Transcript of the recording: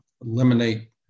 eliminate